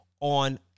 on